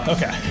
Okay